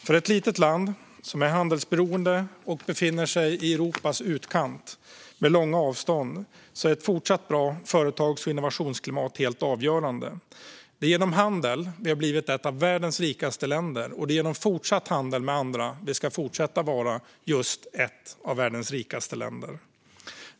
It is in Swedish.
För ett litet handelsberoende land med långa avstånd i Europas utkant är ett fortsatt bra företags och innovationsklimat helt avgörande. Det är genom handel vi har blivit ett av världens rikaste länder, och det är genom fortsatt handel med andra vi ska fortsätta att vara ett av världens rikaste länder.